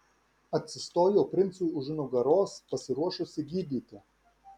atsistojau princui už nugaros pasiruošusi gydyti